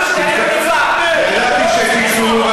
ידעתי שתצאו.